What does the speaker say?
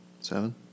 seven